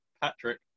Patrick